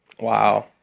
Wow